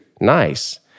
nice